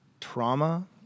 trauma-